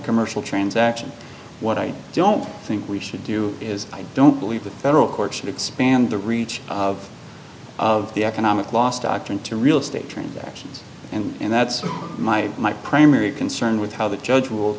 commercial transaction what i don't think we should do is i don't believe the federal court should expand the reach of the economic loss doctrine to real estate transactions and that's my my primary concern with how the judge